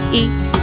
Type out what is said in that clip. eat